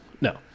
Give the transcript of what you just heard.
no